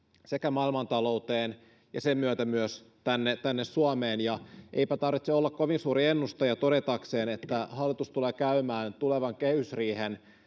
maailmantalouteen ja sen myötä myös tänne tänne suomeen ja eipä tarvitse olla kovin suuri ennustaja todetakseen että hallitus tulee käymään tulevan kehysriihen